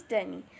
Danny